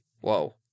Whoa